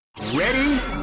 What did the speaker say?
Ready